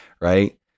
right